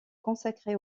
consacrés